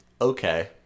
okay